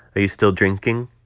are you still drinking?